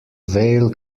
veil